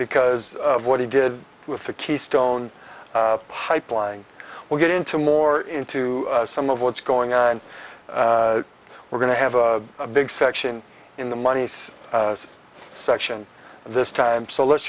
because of what he did with the keystone pipeline we'll get into more into some of what's going on and we're going to have a big section in the money's section this time so let's